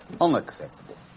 unacceptable